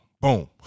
Boom